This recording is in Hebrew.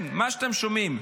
כן, מה שאתם שומעים.